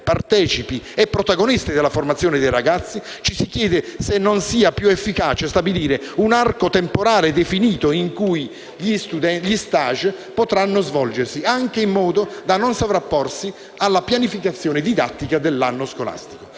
partecipi e protagonisti della formazione dei ragazzi, ci si chiede se non sia più efficace stabilire un arco temporale definito in cui gli *stage* potranno svolgersi, anche in modo da non sovrapporsi alla pianificazione didattica dell'anno scolastico.